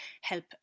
help